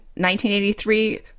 1983